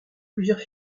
plusieurs